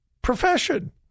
profession